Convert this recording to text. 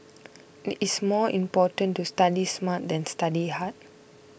it is more important to study smart than study hard